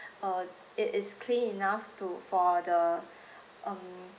uh it is clean enough to for the um